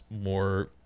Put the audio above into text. more